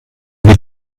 wie